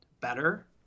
better